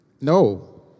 No